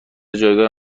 جایگاه